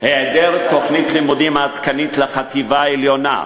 היעדר תוכנית לימודים עדכנית לחטיבה עליונה,